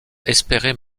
espérait